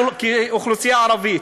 אנחנו, כאוכלוסייה ערבית,